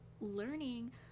learning